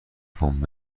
پمپ